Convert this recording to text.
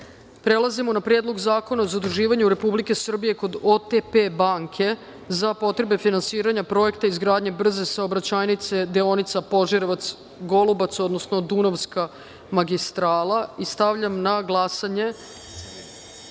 zakona. Prelazimo na Predlog zakona o zaduživanju Republike Srbije kod OTP banke za potrebe finansiranja Projekta izgradnje brze saobraćajnice, deonica Požarevac-Golubac, odnosno Dunavska magistrala. Stavljam na glasanje